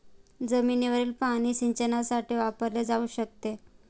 जमिनीवरील पाणी सिंचनासाठी वापरले जाऊ शकते